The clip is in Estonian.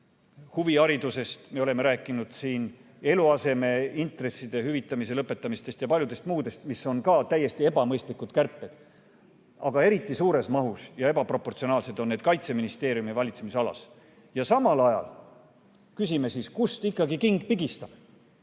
huviharidusest, me oleme rääkinud eluasemeintresside hüvitamise lõpetamisest ja paljust muust, mis on ka täiesti ebamõistlikud kärped. Aga eriti suure mahuga ja ebaproportsionaalsed on need Kaitseministeeriumi valitsemisalas. Küsime siis, kust ikkagi king pigistab.